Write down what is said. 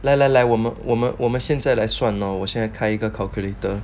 来来来我们我们我们现在来算呢我现在开一个 calculator